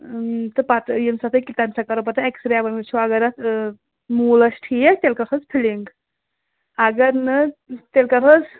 تہٕ پَتہٕ ییٚمہِ ساتہٕ کہِ تَمہِ ساتہٕ کَرو پَتہِٕ ایٚکَس ریٚے وُچھو اگر اتھ موٗل ٲسۍ ٹھیٖک تیِٛلہِ کَرہوس فِلِنٛگ اَگَر نہٕ تیٚلہِ کَرہوس